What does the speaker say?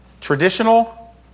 traditional